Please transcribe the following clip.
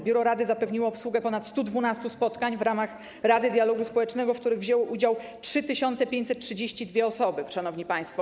Biuro rady zapewniło obsługę ponad 112 spotkań w ramach Rady Dialogu Społecznego, w których wzięły udział 3532 osoby, szanowni państwo.